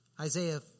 Isaiah